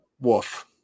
woof